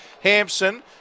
Hampson